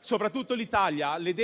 Soprattutto l'Italia, queste figure,